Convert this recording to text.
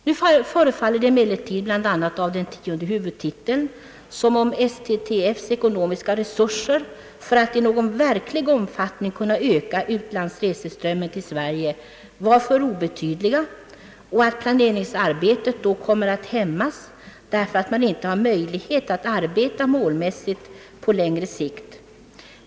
Nu förefaller det emellertid bl.a. av tionde huvudtiteln som om STTF:s ekonomiska resurser för att i någon verklig omfattning kunna öka utlandsreseströmmen till Sverige är för obetydliga och att planeringsarbetet kommer att hämmas därför att man inte har möjlighet att arbeta målmässigt på längre sikt.